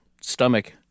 stomach